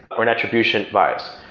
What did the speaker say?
or an attribution bias,